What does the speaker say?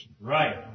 Right